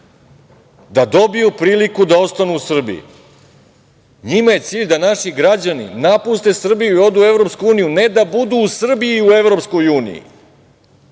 da dobiju priliku da ostanu u Srbiji. Njima je cilj da naši građani napuste Srbiju i odu u EU, ne da budu u Srbiji u EU.